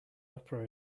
opera